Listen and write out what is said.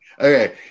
Okay